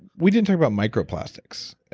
we didn't talk about microplastics,